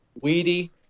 weedy